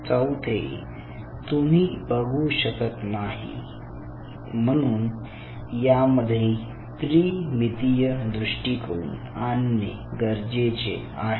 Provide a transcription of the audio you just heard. चौथे तुम्ही बघू शकत नाही म्हणून यामध्ये त्रिमितीय दृष्टिकोन आणणे गरजेचे आहे